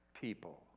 people